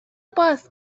باز